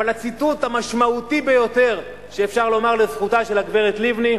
אבל הציטוט המשמעותי ביותר שאפשר לומר לזכותה של הגברת לבני,